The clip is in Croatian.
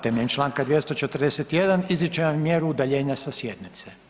Temeljem čl. 241. izričem vam mjeru udaljenja sa sjednice.